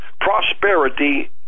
Prosperity